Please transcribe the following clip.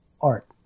Art